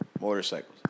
motorcycles